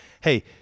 hey